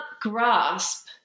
grasp